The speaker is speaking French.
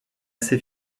assez